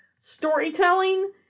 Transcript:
Storytelling